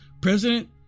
president